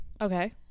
Okay